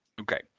Okay